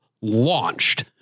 launched